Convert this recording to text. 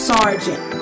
Sergeant